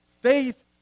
faith